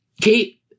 Kate